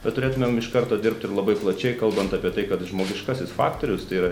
bet turėtumėm iš karto dirbt ir labai plačiai kalbant apie tai kad žmogiškasis faktoriustai yra